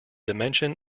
dimension